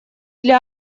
для